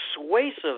persuasive